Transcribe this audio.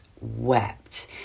wept